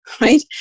right